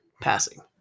passing